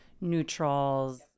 neutrals